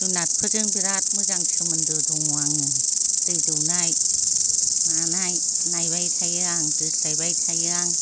जुनारफोरजों बिराद मोजां सोमोन्दो दं आङो दै दौनाय मानाय नायबाय थायो आं दोस्लायबाय थायो आं